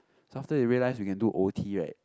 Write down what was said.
so after they realise we can do o_t right